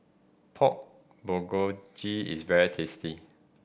Pork Bulgogi is very tasty